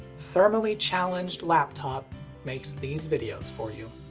thermally challenged laptop makes these videos for you.